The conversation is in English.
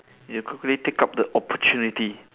you quickly take up the opportunity